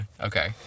okay